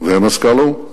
ומזכ"ל האו"ם.